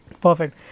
Perfect